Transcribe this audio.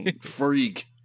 freak